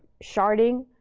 sharding,